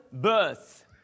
birth